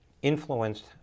Influenced